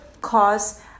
cause